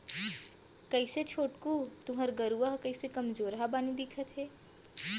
कइसे छोटकू तुँहर गरूवा कइसे कमजोरहा बानी दिखत हे